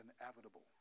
inevitable